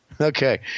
Okay